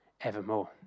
evermore